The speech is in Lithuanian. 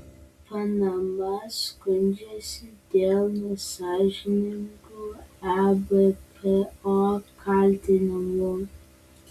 panama skundžiasi dėl nesąžiningų ebpo kaltinimų